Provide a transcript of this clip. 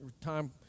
time